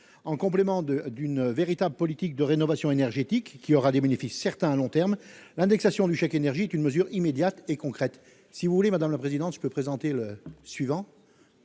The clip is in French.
En complément d'une véritable politique de rénovation énergétique, qui aura des bénéfices certains à long terme, l'indexation du chèque énergie est une mesure immédiate et concrète. Quel est l'avis de la commission ? Demande de retrait.